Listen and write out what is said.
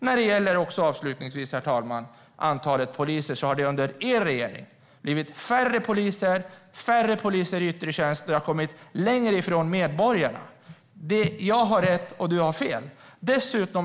När det avslutningsvis, herr talman, gäller antalet poliser har det under er regering blivit färre poliser och färre poliser i yttre tjänst, och de har kommit längre från medborgarna. Jag har rätt och du har fel.